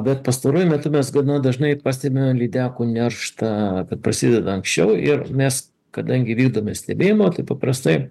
bet pastaruoju metu mes gana dažnai pastebime lydekų nerštą kad prasideda anksčiau ir nes kadangi vykdomie stebėjimą tai paprastai